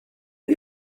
are